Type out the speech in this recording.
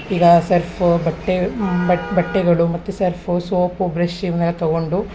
ಈಗ ಸರ್ಫು ಬಟ್ಟೆ ಬಟ್ಟೆಗಳು ಮತ್ತು ಸರ್ಫು ಸೋಪು ಬ್ರೆಷ್ ಇವ್ನೆಲ್ಲ ತಗೊಂಡು